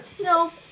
No